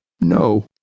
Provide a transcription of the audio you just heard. no